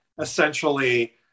essentially